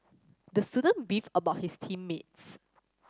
the student beefed about his team mates